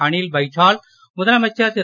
அனில் பைஜால் முதலமைச்சர் திரு